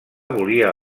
volia